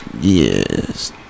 Yes